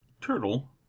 Turtle